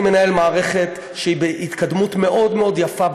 אני מנהל מערכת שהיא בהתקדמות מאוד מאוד יפה,